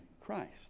christ